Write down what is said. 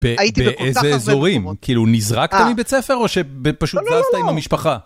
באיזה אזורים? כאילו נזרקת מבית ספר או שפשוט זזת עם המשפחה?